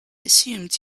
assumed